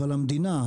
אבל המדינה,